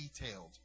detailed